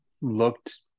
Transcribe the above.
looked